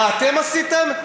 מה אתם עשיתם?